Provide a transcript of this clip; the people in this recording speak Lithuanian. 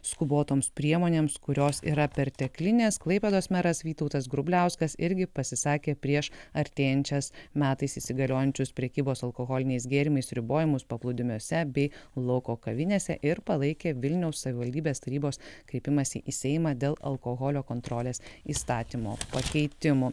skubotoms priemonėms kurios yra perteklinės klaipėdos meras vytautas grubliauskas irgi pasisakė prieš artėjančias metais įsigaliosiančius prekybos alkoholiniais gėrimais ribojimus paplūdimiuose bei lauko kavinėse ir palaikė vilniaus savivaldybės tarybos kreipimąsi į seimą dėl alkoholio kontrolės įstatymo pakeitimų